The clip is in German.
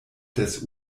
des